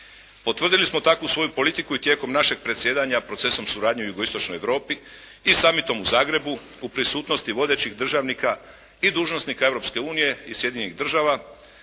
Potvrdili smo takvu svoju politiku i tijekom našeg predsjedanja procesom suradnje u jugoistočnoj Europi i «summit-om» u Zagrebu u prisutnosti vodećih državnika i dužnosnika Europske unije i Sjedinjenih država